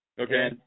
Okay